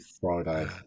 Friday